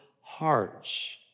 hearts